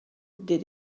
des